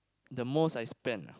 the most I spend